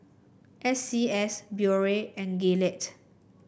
S C S Biore and Gillette